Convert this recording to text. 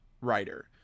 writer